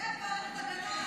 --- יש סכנה.